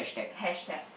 hashtag